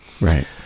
Right